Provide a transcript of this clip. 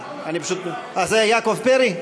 זה יעקב פרי?